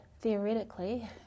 theoretically